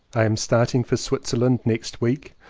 i am starting for switzerland next week.